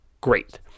great